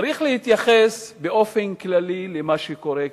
צריך להתייחס באופן כללי למה שקורה כרגע.